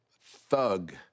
thug